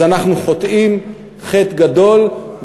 אז אנחנו חוטאים חטא גדול,